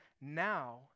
now